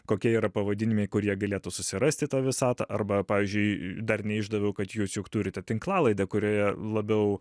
kokie yra pavadinimai kur jie galėtų susirasti tą visatą arba pavyzdžiui dar neišdaviau kad jūs juk turite tinklalaidę kurioje labiau